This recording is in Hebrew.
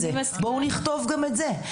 בואו נכתוב גם את זה.